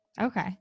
Okay